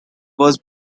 was